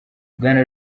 bwana